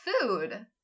food